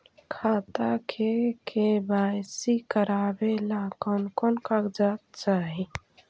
खाता के के.वाई.सी करावेला कौन कौन कागजात चाही?